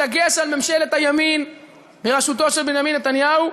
בדגש על ממשלת הימין בראשותו של בנימין נתניהו,